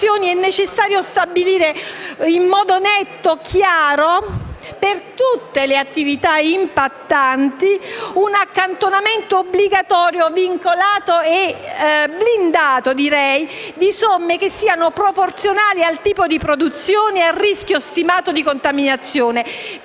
è necessario stabilire in modo netto e chiaro per tutte le attività impattanti un accantonamento obbligatorio, vincolato - direi blindato - di somme che siano proporzionali al tipo di produzioni e al rischio stimato di contaminazione